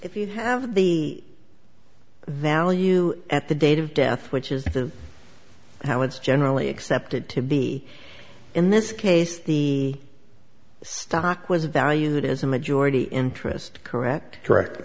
if you have the value at the date of death which is how it's generally accepted to be in this case the stock was valued as a majority interest correct correct